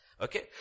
Okay